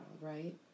right